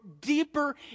deeper